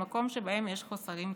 במקומות שבהם יש חוסרים כיום.